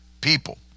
people